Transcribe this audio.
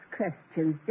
questions